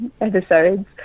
episodes